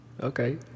Okay